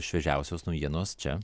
šviežiausios naujienos čia